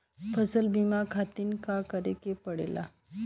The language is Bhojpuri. फसल बीमा खातिर का करे के पड़ेला?